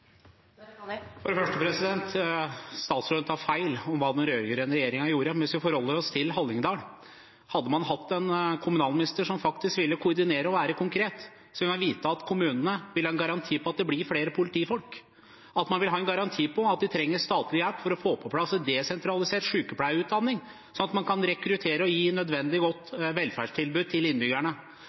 Statsråden tar feil om hva den rød-grønne regjeringen gjorde, men la oss holde oss til Hallingdal. Hadde man hatt en kommunalminister som faktisk ville koordinere og være konkret, ville kommunene hatt en garanti for at det ble flere politifolk. Da ville man hatt en garanti for statlig hjelp til å få på plass en desentralisert sykepleierutdanning, så man kunne rekruttert og gitt et nødvendig og godt velferdstilbud til innbyggerne.